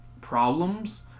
problems